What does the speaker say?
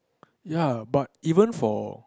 ya but even for